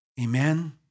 amen